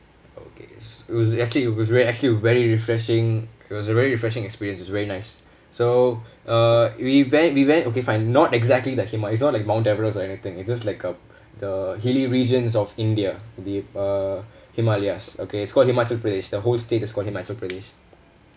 okay it was actually it was very actually very refreshing it was a very refreshing experience is very nice so uh we went we went okay fine not exactly the himalaya it's not like mount everest or anything it just like a the hilly regions of india the uh himalayas okay it's called himachal pradesh the whole state is called himachal pradesh